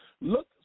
Look